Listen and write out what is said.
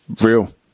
real